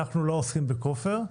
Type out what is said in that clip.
אנחנו לא עוסקים בכופר,